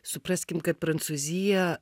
supraskim kad prancūzija